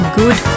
good